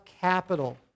capital